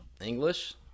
English